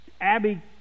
Abby